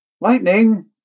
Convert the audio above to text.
Lightning